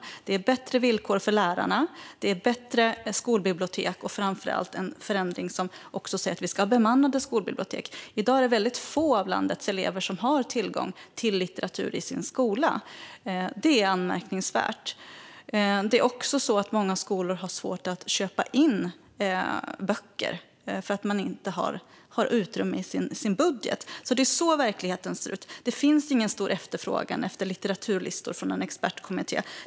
Det handlar om bättre villkor för lärarna och om bättre skolbibliotek. Framför allt handlar det om en förändring som gör att vi har bemannade skolbibliotek. I dag är det väldigt få av landets elever som har tillgång till litteratur i sin skola. Det är anmärkningsvärt. Många skolor har också svårt att köpa in böcker för att de inte har utrymme för det i sin budget. Det är så verkligheten ser ut. Det finns ingen stor efterfrågan på litteraturlistor från någon expertkommitté.